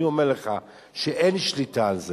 אני אומר לך שאין שליטה על זה.